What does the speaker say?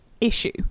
issue